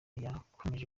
yakomeje